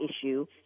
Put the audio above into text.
issue